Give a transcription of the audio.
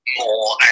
more